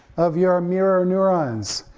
of your ah mirror neurons.